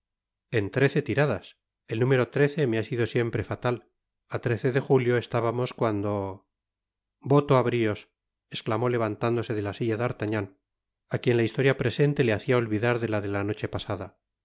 en trece tiradas el número trece me ha sido siempre fatal á trece de julio estábamos cuando voto á brios esclamó levantándose de la silla d'artagqan á quien la historia presente le hacia olvidar la de ta noche pasada